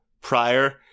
prior